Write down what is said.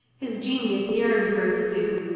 his genius yearned for a stew,